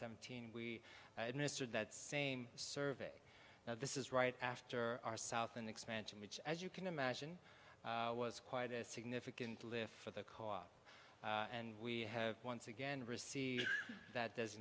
seventeen we administered that same survey this is right after our south an expansion which as you can imagine was quite a significant lift for the co op and we have once again received that